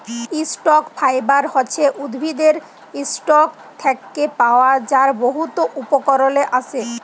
stock fibre হছে উদ্ভিদের ইসটক থ্যাকে পাওয়া যার বহুত উপকরলে আসে